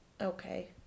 okay